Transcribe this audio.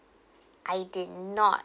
I did not